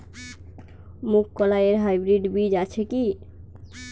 মুগকলাই এর হাইব্রিড বীজ আছে কি?